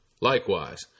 Likewise